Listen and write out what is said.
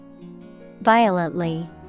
Violently